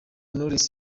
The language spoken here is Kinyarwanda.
knowless